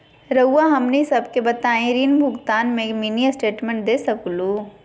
रहुआ हमनी सबके बताइं ऋण भुगतान में मिनी स्टेटमेंट दे सकेलू?